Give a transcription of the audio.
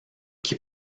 qui